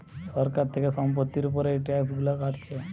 সরকার থিকে সম্পত্তির উপর এই ট্যাক্স গুলো কাটছে